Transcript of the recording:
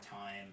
time